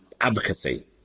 advocacy